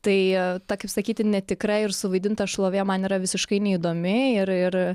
tai ta kaip sakyti netikra ir suvaidinta šlovė man yra visiškai neįdomi ir ir